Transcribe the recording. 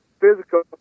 physical